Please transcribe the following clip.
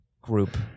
group